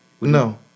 No